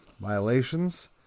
violations